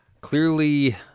Clearly